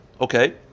Okay